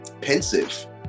pensive